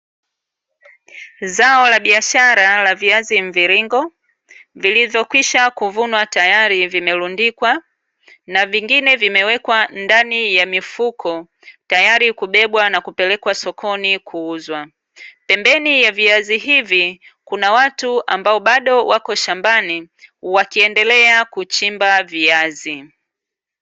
Zao la biashara la viazi mviringo, vilivyokwisha kuvunwa tayari vimerundikwa, na vingine vimewekwa ndani ya mifuko, tayari kubebwa na kupelekwa sokoni kuuzwa. Pembeni ya viazi hivi, kuna watu ambao bado wako shambani, wakiendelea kuchimba viazi.